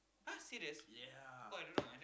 !huh! serious !wah! I don't know